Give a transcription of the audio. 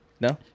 No